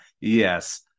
Yes